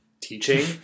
teaching